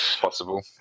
Possible